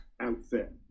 outfit